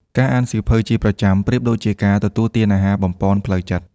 ការអានសៀវភៅជាប្រចាំប្រៀបដូចជាការ ទទួលទានអាហារបំប៉នផ្លូវចិត្ត។